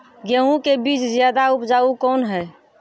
गेहूँ के बीज ज्यादा उपजाऊ कौन है?